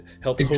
Help